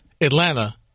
Atlanta